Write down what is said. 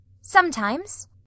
Sometimes